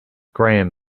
graham